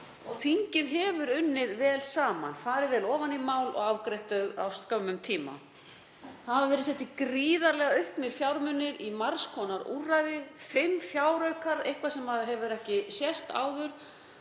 þingið hefur unnið vel saman, farið vel ofan í mál og afgreitt þau á skömmum tíma. Það hafa verið settir gríðarlega auknir fjármunir í margs konar úrræði, fimm fjáraukar, eitthvað sem hefur ekki sést áður,